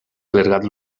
clergat